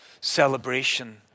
celebration